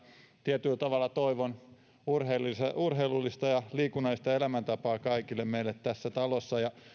tietyllä tavalla toivon urheilullista ja urheilullista ja liikunnallista elämäntapaa kaikille meille tässä talossa